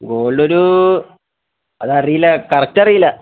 gold ഒരു അതറിയില്ല correct അറിയില്ല